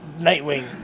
Nightwing